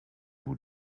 vous